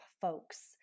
folks